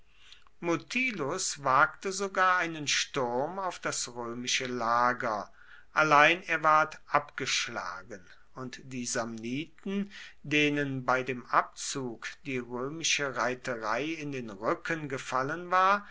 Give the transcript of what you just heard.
mutilus wagte sogar einen sturm auf das römische lager allein er ward abgeschlagen und die samniten denen bei dem abzug die römische reiterei in den rücken gefallen war